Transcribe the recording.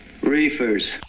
Reefers